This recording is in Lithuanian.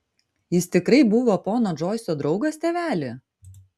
jis tikrai buvo pono džoiso draugas tėveli